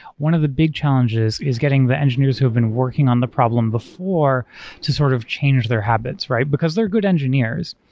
one of the big challenges is getting the engineers who've been working on the problem before to sort of change their habits, because they're good engineers.